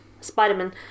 spider-man